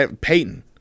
Peyton